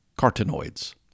carotenoids